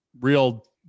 real